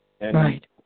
Right